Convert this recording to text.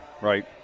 right